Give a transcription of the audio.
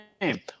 name